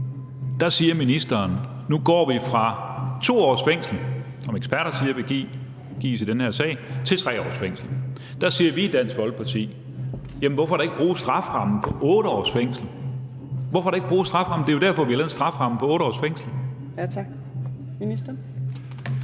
så siger ministeren: Nu går vi fra 2 års fængsel, som eksperter siger vil gives i den her sag, til 3 års fængsel. Der siger vi i Dansk Folkeparti: Jamen hvorfor da ikke bruge strafferammen på 8 års fængsel? Hvorfor ikke bruge strafferammen? Det er jo derfor, vi har lavet en strafferamme på 8 års fængsel. Kl. 15:26